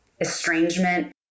estrangement